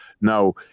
Now